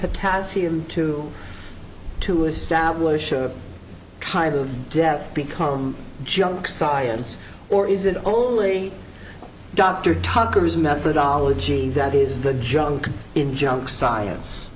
potassium to to establish a time of death become junk science or is it only dr tucker's methodology that is the junk in junk science